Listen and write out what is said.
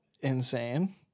insane